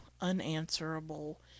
unanswerable